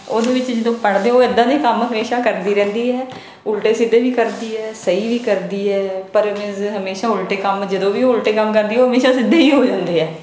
ਉਹਦੇ ਵਿੱਚ ਜਦੋਂ ਪੜ੍ਹਦੇ ਹੋ ਇੱਦਾਂ ਦੇ ਕੰਮ ਹਮੇਸ਼ਾ ਕਰਦੀ ਰਹਿੰਦੀ ਹੈ ਉਲਟੇ ਸਿੱਧੇ ਵੀ ਕਰਦੀ ਹੈ ਸਹੀ ਵੀ ਕਰਦੀ ਹੈ ਪਰ ਮੀਨਜ਼ ਹਮੇਸ਼ਾ ਉਲਟੇ ਕੰਮ ਜਦੋਂ ਵੀ ਉਲਟੇ ਕੰਮ ਕਰਦੀ ਉਹ ਹਮੇਸ਼ਾ ਸਿੱਧੇ ਹੀ ਹੋ ਜਾਂਦੇ ਆ